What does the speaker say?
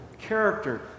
character